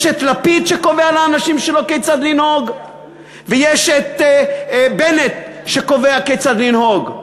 יש את לפיד שקובע לאנשים שלו כיצד לנהוג ויש את בנט שקובע כיצד לנהוג.